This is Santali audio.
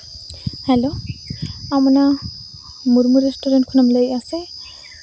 ᱦᱮᱞᱳ ᱟᱢ ᱚᱱᱟ ᱢᱩᱨᱢᱩ ᱨᱮᱥᱴᱩᱨᱮᱱᱴ ᱠᱷᱚᱱᱮᱢ ᱞᱟᱹᱭᱮᱜᱼᱟ ᱥᱮ